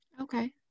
Okay